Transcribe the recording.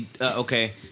Okay